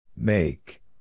Make